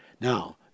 Now